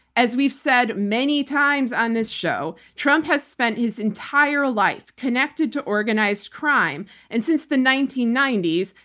as we've said many times on this show, trump has spent his entire life connected to organized crime and, since the nineteen ninety s,